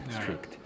strict